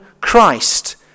Christ